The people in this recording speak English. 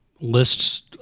lists